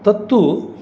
तत्तु